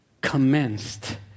commenced